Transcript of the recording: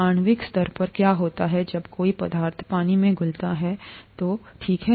आणविक स्तर पर क्या होता है जब कोई पदार्थ पानी में घुलता है तो ठीक है